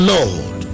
Lord